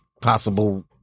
possible